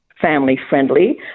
family-friendly